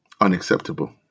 Unacceptable